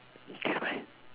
okay bye